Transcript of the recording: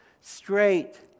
straight